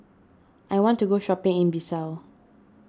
I want to go shopping in Bissau